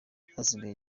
hasigaye